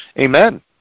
Amen